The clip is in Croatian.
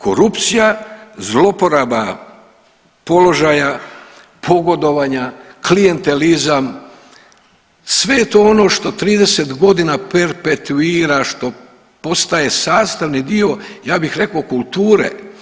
Korupcija, zloporaba položaja, pogodovanja, klijentelizam, sve je to ono što 30 godina perpetuira, što postaje sastavni dio, ja bih rekao kulture.